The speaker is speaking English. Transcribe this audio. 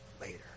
later